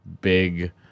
big